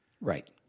Right